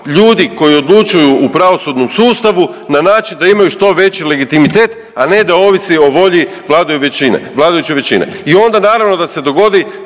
ljudi koji odlučuju u pravosudnom sustavu na način da imaju što veći legitimitet, a ne da ovisi o volji vladajuće većine. I onda naravno da se dogodi